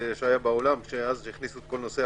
את ממקמת את זה, כי אפשר להכניס חמישה